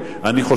אני לא בטוח,